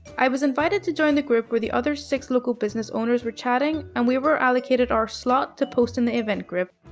i was invited to join the group where the other six local business owners were chatting, and we were allocated our slot to post in the event group.